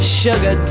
sugar